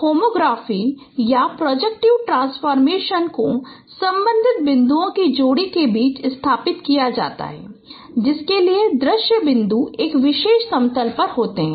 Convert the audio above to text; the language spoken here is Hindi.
तो होमोग्राफी या प्रॉजेक्टिव ट्रांसफॉर्मेशन को संबंधित बिंदुओं की जोड़ी के बीच स्थापित किया जाता है जिसके लिए दृश्य बिंदु एक विशेष समतल पर होते हैं